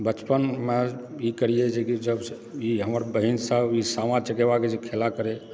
बचपनमऽ ई करियै जेकि जब ई हमर बहिन सब ई सामा चकेवाके जे खेला करय